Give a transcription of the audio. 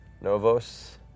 Novos